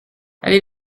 allez